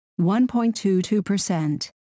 1.22%